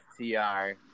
FTR